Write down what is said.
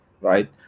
right